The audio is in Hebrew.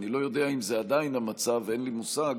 אני לא יודע אם זה עדיין המצב, אין לי מושג,